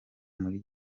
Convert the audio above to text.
muri